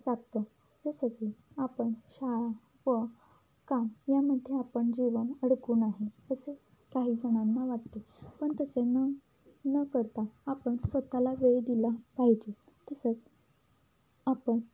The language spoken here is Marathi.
साधतो जसं की आपण शाळा व काम यामध्ये आपण जीवन अडकून आहे असे काही जणांना वाटते पण तसे न न करता आपण स्वतःला वेळ दिला पाहिजे तसंच आपण